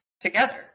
together